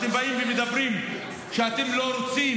אתם באים ומדברים על כך שאתם לא רוצים